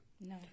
No